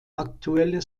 aktuelle